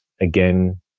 again